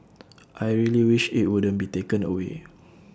I really wish IT wouldn't be taken away